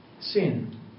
Sin